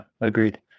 agreed